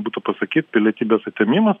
būtų pasakyt pilietybės atėmimas